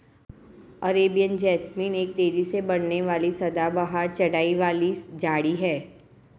Arabian jasmine एक तेजी से बढ़ने वाली सदाबहार चढ़ाई वाली झाड़ी है